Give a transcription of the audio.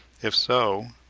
if so,